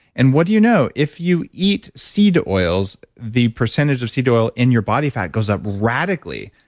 and what do you know? if you eat seed oils, the percentage of seed oil in your body fat goes up radically,